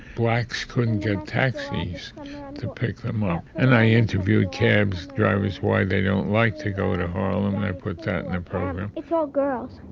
blacks couldn't get taxis to pick them up and i interviewed cab drivers, why they don't like to go to harlem and i put that in the program it's all girls.